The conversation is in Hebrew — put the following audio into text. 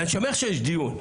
ואני שמח שיש דיון,